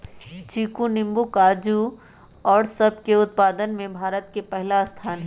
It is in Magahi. चीकू नींबू काजू और सब के उत्पादन में भारत के पहला स्थान हई